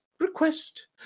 request